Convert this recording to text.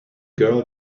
girl